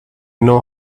know